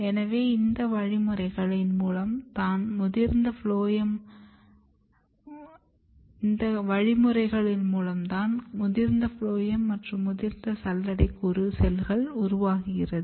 எனவே இந்த வழிமுறைகள் மூலமாக தான் முதிர்ந்த ஃபுளோயம் மற்றும் முதிர்ந்த சல்லடை கூறு செல்கள் உருவாகுகிறது